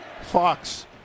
fox